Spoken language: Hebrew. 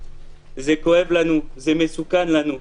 זה כואב לנו, זה מסוכן לנו,